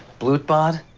blutbad,